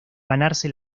ganarse